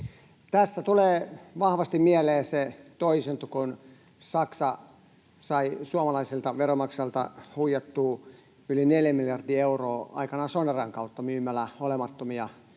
Tässä tulee vahvasti mieleen sen toisinto, kun Saksa sai suomalaisilta veronmaksajilta huijattua yli neljä miljardia euroa aikoinaan Soneran kautta myymällä olemattomia toimilupia